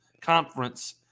Conference